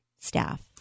staff